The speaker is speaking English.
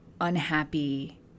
unhappy